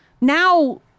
Now